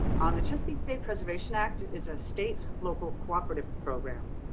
um the chesapeake bay preservation act is a state local cooperative program.